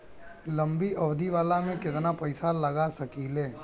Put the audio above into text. लंबी अवधि वाला में केतना पइसा लगा सकिले?